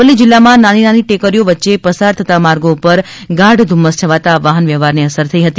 અરવલ્લી જિલ્લામાં નાની નાની ટેકરીઓ વચ્ચે પસાર થતાં માર્ગો ઉપર ગાઢ ધુમ્મસ છવાતા વાહન વ્યવહારને અસર થઈ હતી